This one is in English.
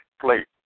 plate